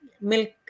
Milk